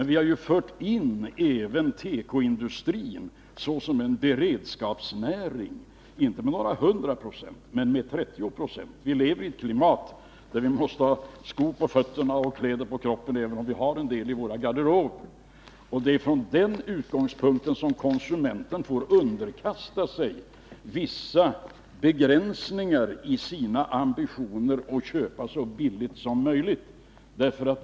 Vi har fört in även tekoindustrin bland beredskapsnäringarna, inte till 100 26 men till 30 26. Vi lever i ett klimat där vi måste ha skor på fötterna och kläder på kroppen, även om vi har en del i våra garderober. Det är från den utgångspunkten konsumenten får underkasta sig vissa begränsningar i sina ambitioner att köpa så billigt som möjligt.